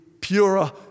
purer